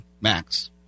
MAX